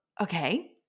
okay